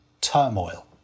turmoil